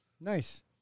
Nice